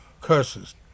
curses